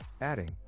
adding